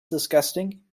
disgusting